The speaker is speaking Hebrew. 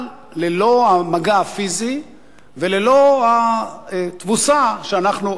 אבל ללא המגע הפיזי וללא התבוסה שאנחנו,